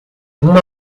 uma